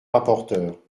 rapporteur